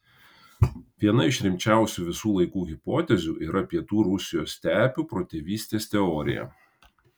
viena iš rimčiausių visų laikų hipotezių yra pietų rusijos stepių protėvynės teorija